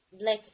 black